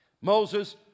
Moses